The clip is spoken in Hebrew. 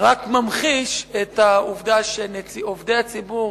רק ממחיש את העובדה שעובדי הציבור,